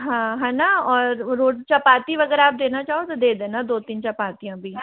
हाँ है ना और चपाती वगैरह आप देना चाहो तो दे देना दो तीन चपातीयाँ भी